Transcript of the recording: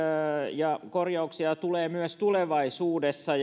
ja korjauksia tulee myös tulevaisuudessa